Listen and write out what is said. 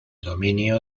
dominio